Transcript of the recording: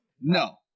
No